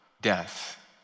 death